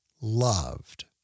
loved